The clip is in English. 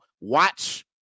Watch